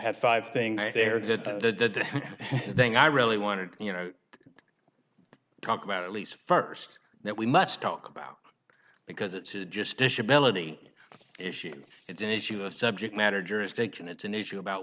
e five things there that the thing i really wanted you know talk about at least st that we must talk about because it's just disability issue it's an issue of subject matter jurisdiction it's an issue about